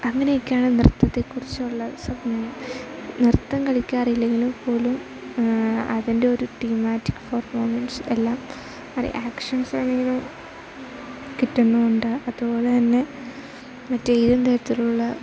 അങ്ങനെയൊക്കെയാണ് നൃത്തത്തെ കുറിച്ചുള്ള സ്വപ്നം നൃത്തം കളിക്കാറില്ല എങ്കിലും പോലും അതിൻ്റെ ഒരു തീമാറ്റിക്ക് പെർഫോമൻസ് എല്ലാം അത് ആക്ഷൻസ് ആണെങ്കിൽ കിട്ടുന്നുമുണ്ട് അതുപോലെ തന്നെ മറ്റേത് തരത്തിലുള്ള